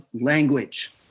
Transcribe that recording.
language